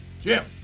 Jim